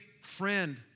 friend